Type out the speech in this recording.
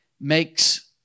makes